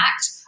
act